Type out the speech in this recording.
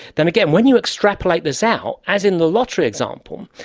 then again, when you extrapolate this out, as in the lottery example,